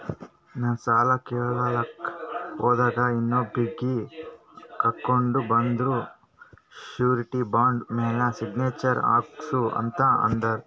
ನಾ ಸಾಲ ಕೇಳಲಾಕ್ ಹೋದಾಗ ಇನ್ನೊಬ್ರಿಗಿ ಕರ್ಕೊಂಡ್ ಬಂದು ಶೂರಿಟಿ ಬಾಂಡ್ ಮ್ಯಾಲ್ ಸಿಗ್ನೇಚರ್ ಹಾಕ್ಸೂ ಅಂತ್ ಅಂದುರ್